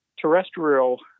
terrestrial